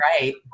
right